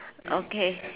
okay